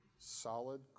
solid